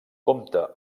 compta